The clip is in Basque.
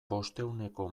bostehuneko